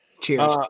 Cheers